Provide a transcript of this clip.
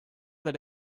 that